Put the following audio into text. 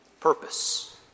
purpose